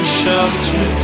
shelter